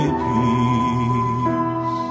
peace